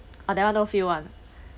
oh that one no feel [one]